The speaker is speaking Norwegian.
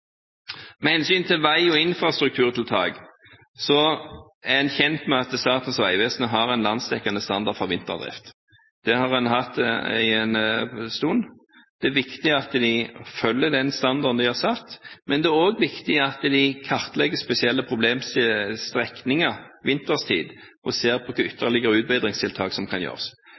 Med hensyn til vei- og infrastrukturtiltak er en kjent med at Statens vegvesen har en landsdekkende standard for vinterdrift. Det har en hatt en stund. Det er viktig at de følger den standarden de har satt, men det er også viktig at de kartlegger spesielle problemstrekninger vinterstid og ser på hvilke ytterligere utbedringstiltak som kan gjøres.